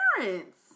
parents